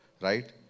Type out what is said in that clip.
right